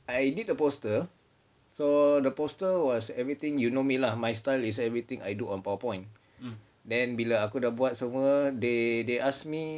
I did the poster so the poster was everything you know me lah my style is everything I do on Powerpoint then bila aku dah buat semua they they ask me